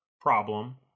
problem